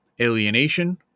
alienation